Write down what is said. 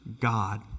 God